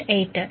60